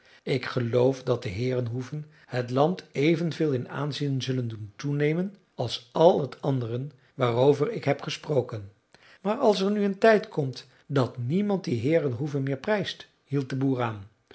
ik geloof dat de heerenhoeven het land evenveel in aanzien zullen doen toenemen als al het andere waarover ik heb gesproken maar als er nu een tijd komt dat niemand die heerenhoeven meer prijst hield de boer aan